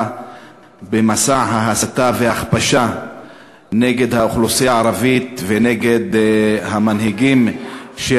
במסע ההסתה וההכפשה נגד האוכלוסייה הערבית ונגד המנהיגים של